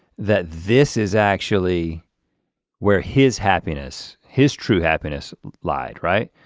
that this is actually where his happiness, his true happiness lied, right?